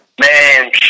Man